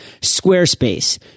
Squarespace